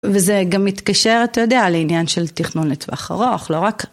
וזה גם מתקשר, אתה יודע, לעניין של תכנון לטווח ארוך, לא רק.